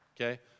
Okay